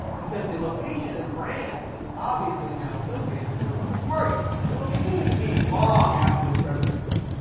because the location and brand is obviously now associated with the republican party, and will continue to be long after his presidency.